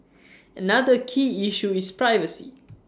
another key issue is privacy